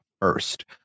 first